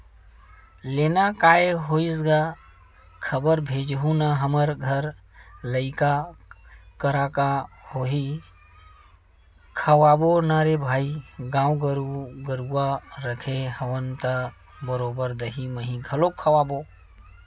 लेना काय होइस गा खबर भेजहूँ ना हमर घर लइका करा का होही खवाबो ना रे भई गाय गरुवा रखे हवन त बरोबर दहीं मही घलोक खवाबो